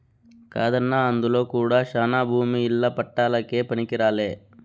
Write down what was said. కాదన్నా అందులో కూడా శానా భూమి ఇల్ల పట్టాలకే పనికిరాలే